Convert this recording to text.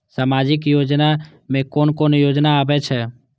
सामाजिक योजना में कोन कोन योजना आबै छै?